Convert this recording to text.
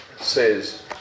says